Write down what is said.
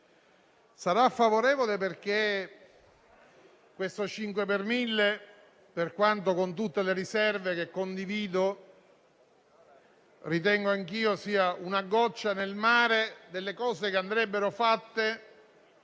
Sarà favorevole a questo 5 per mille, pur con tutte le riserve che condivido. Ritengo anch'io sia una goccia nel mare delle cose che andrebbero fatte